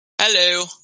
Hello